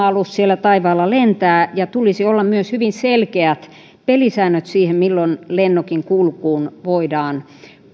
alus siellä taivaalla lentää ja tulisi olla myös hyvin selkeät pelisäännöt siihen milloin lennokin kulkuun voidaan